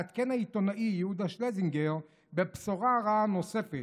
מעדכן העיתונאי יהודה שלזינגר בבשורה רעה נוספת,